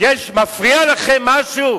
מפריע לכם משהו,